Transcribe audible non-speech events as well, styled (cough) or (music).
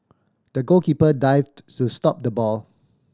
the goalkeeper dived (unintelligible) to stop the ball